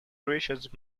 richard